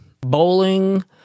bowling